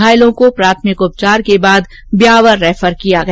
घायलों को प्राथमिक उपचार के बाद ब्यावर रैफर किया गया